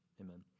Amen